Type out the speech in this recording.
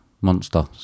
monster